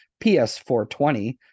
PS420